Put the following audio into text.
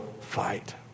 fight